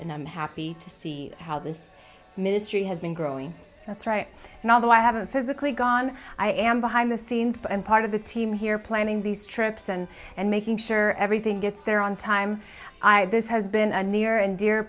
in i'm happy to see how this ministry has been growing that's right and although i haven't physically gone i am behind the scenes but i'm part of the team here planning these trips and and making sure everything gets there on time i this has been a near and de